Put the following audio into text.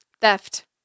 Theft